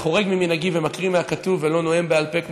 אני חורג ממנהגי ומקריא מהכתוב ולא נואם בעל פה,